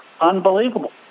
unbelievable